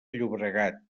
llobregat